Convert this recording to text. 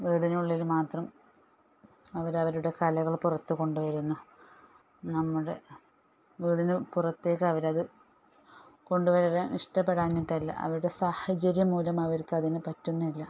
വീടിനുള്ളിൽ മാത്രം അവരവരുടെ കലകൾ പുറത്തുകൊണ്ടു വരുന്നു നമ്മുടെ വീടിനു പുറത്തേക്ക് അവരത് കൊണ്ടുവരാൻ ഇഷ്ടപ്പെടാഞ്ഞിട്ടല്ല അവരുടെ സാഹചര്യം മൂലം അവർക്കതിന് പറ്റുന്നില്ല